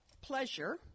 pleasure